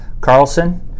Carlson